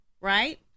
right